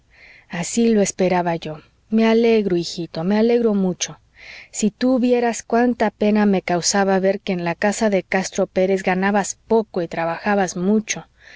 así lo esperaba yo me alegro hijito me alegro mucho si tú vieras cuánta pena me causaba ver que en la casa de castro pérez ganabas poco y trabajabas mucho